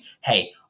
hey